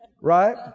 Right